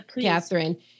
Catherine